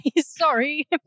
Sorry